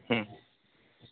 হুম